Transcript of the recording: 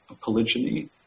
polygyny